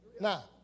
Now